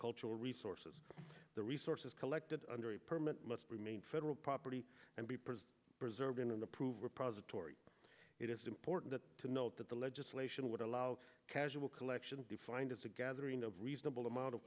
cultural resources the resources collected under the permit must remain federal property and be preserved in an approval process of tori it is important to note that the legislation would allow casual collection defined as a gathering of reasonable amount of